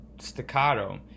staccato